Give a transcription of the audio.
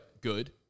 Good